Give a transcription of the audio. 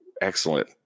excellent